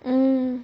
mm